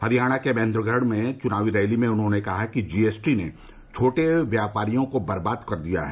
हरियाणा के महेंद्रगढ़ में चुनाव रैली में उन्होंने कहा कि जी एस टी ने छोटे व्यापारियों को बर्बाद कर दिया है